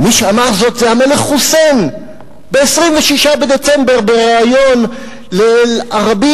ומי שאמר זאת זה המלך חוסיין ב-26 בדצמבר בריאיון ל"אל-ערבייה"